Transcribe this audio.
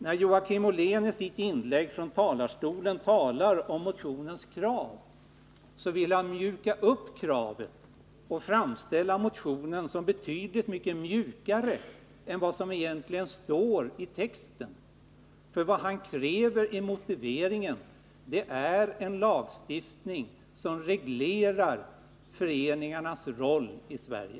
När Joakim Ollén i sitt inlägg talar om motionens krav, så vill han mjuka upp kravet och framställa motionen som betydligt mjukare än vad som egentligen framgår av texten. Vad som krävs i motiveringen är nämligen en lagstiftning som reglerar föreningarnas roll i Sverige.